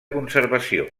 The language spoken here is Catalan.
conservació